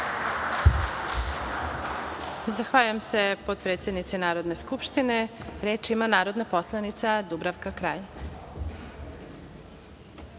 Zahvaljujem se potpredsednici Narodne skupštine. Reč ima narodna poslanica Dubravka Kralj.